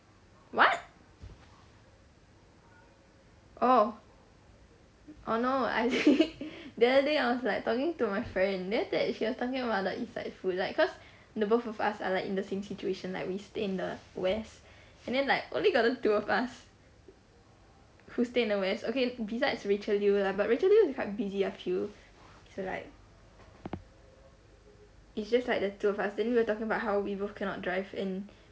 what oh oh no I thin~ the other day I was like talking to my friend then after that she was like talking about the east side food like cause the both of us are like in the same situation like we stay in the west and then like only got the two of us who stay in the west okay besides rachel liew lah but rachel liew is quite busy I feel so like it's just like the two of us were talking about how we both cannot drive and